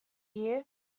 year